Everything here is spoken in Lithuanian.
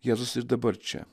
jėzus ir dabar čia